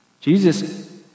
Jesus